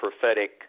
prophetic